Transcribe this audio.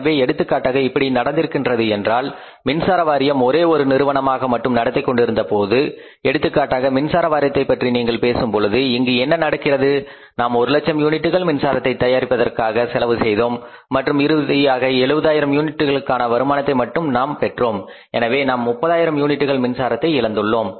எனவே எடுத்துக்காட்டாக இப்படி நடந்திருக்கின்றது என்றால் மின்சார வாரியம் ஒரே ஒரு நிறுவனமாக மட்டும் நடத்திக் கொண்டிருந்தபோது எடுத்துக்காட்டாக மின்சார வாரியத்தை பற்றி நீங்கள் பேசும் பொழுது இங்கு என்ன நடக்கிறது நாம் ஒரு லட்சம் யூனிட்டுகள் மின்சாரத்தை தயாரிப்பதற்காக செலவு செய்தோம் மற்றும் இறுதியாக 70000 யூனிட்டுகள்காண வருமானத்தை மட்டும் நாம் பெற்றோம் எனவே நாம் 30000 யூனிட்டுகள் மின்சாரத்தை இழந்துள்ளோம்